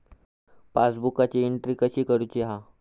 पासबुकाची एन्ट्री कशी मारुची हा?